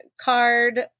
card